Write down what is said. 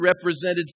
represented